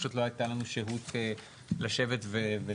פשוט לא הייתה לנו שהות לשבת ולגבש.